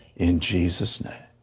in jesus' name.